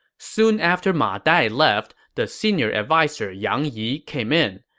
soon after ma dai left, the senior adviser yang yi came in.